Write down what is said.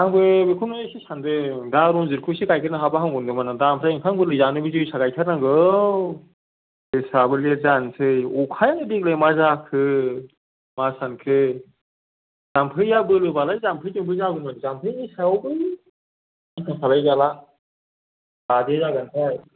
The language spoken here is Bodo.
आंबो बेखौनो एसे सानदों दा रनजितखौ एसे गायगोरनो हाबा हामगौ नंदोंमोन आं दा ओमफ्राय ओंखाम गोरलै जानोबो जोसा गायथारनांगौ जोसायाबो लेट जानोसै अखानो देग्लाय मा जाखो मा सानखो जाम्फैया बोलोबालाय जाम्फैजोंबो जागौमोन जाम्फैनि सायावबो आसा खालायजाला मादि जागोनथाय